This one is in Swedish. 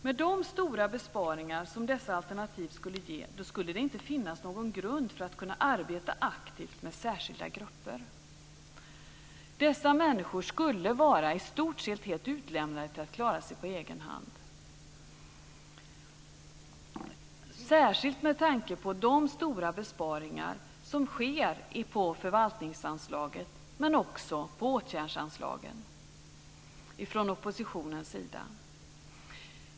Med de stora besparingar som dessa alternativ skulle ge skulle det inte finnas någon grund för att arbeta aktivt med särskilda grupper. Dessa människor skulle vara i stort sett helt utlämnade att klara sig på egen hand, särskilt med tanke på de stora besparingar som sker på förvaltningsanslaget men också på åtgärdsanslagen från oppositionens sida.